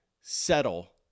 Settle